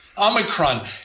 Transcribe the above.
Omicron